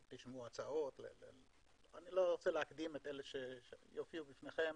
תשמעו הצעות אני לא רוצה להקדים את אלה שיופיעו בפניכם